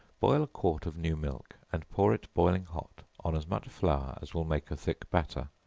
boil a quart of new milk, and pour it boiling hot, on as much flour as will make a thick batter,